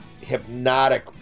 hypnotic